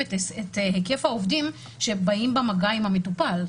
את היקף העובדים שבאים במגע עם המטופל.